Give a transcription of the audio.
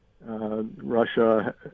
Russia